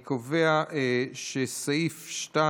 אני קובע שסעיף 2,